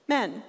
Men